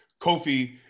Kofi